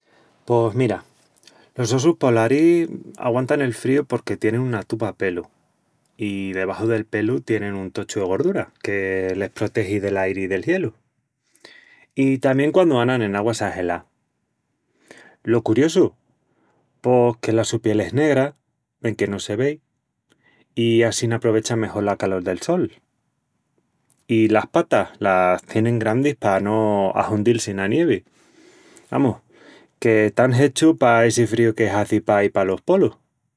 Pos mira, los ossus polaris aguantan el fríu porque tienin una tupa pelu i debaxu del pelu tienin un tochu de gordura que les protegi del'airi i del gielu i tamién quandu anan en auguas agelás. Lo curiosu? Pos que la su piel es negra, enque no se vei, i assín aprovechan mejol la calol del sol. I las patas las tienin grandis pa no ahundil-si ena nievi. Amus, que están hechus pa essi fríu que hazi paí palos polus.